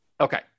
Okay